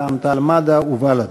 רע"ם-תע"ל-מד"ע ובל"ד.